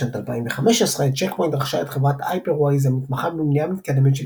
בשנת 2015 צ'ק פוינט רכשה את חברת HyperWise המתמחה במניעה מתקדמת של